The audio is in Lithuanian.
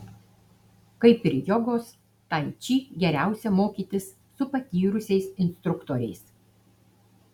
kaip ir jogos tai či geriausia mokytis su patyrusiais instruktoriais